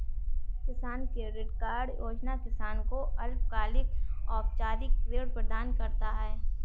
किसान credit card योजना किसान को अल्पकालिक औपचारिक ऋण प्रदान करता है